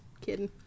kidding